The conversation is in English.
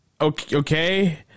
okay